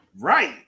Right